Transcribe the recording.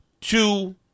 two